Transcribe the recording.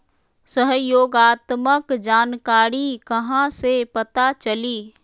सहयोगात्मक जानकारी कहा से पता चली?